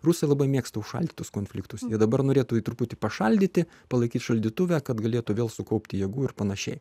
rusai labai mėgsta užšaldytus konfliktus ir dabar norėtų truputį pašaldyti palaikyti šaldytuve kad galėtų vėl sukaupti jėgų ir panašiai